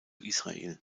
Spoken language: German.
israel